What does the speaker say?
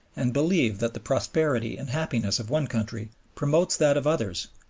and believe that the prosperity and happiness of one country promotes that of others,